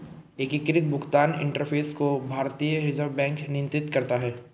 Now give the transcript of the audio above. एकीकृत भुगतान इंटरफ़ेस को भारतीय रिजर्व बैंक नियंत्रित करता है